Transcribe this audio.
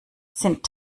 sind